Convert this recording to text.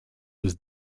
was